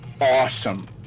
awesome